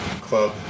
club